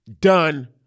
done